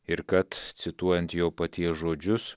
ir kad cituojant jo paties žodžius